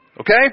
Okay